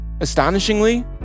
Astonishingly